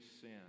sin